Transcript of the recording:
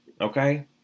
Okay